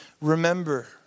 Remember